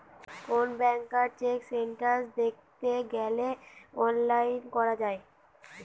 কোন ব্যাংকার check status দ্যাখতে গ্যালে অনলাইন করা যায়